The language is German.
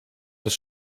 das